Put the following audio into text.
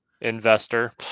Investor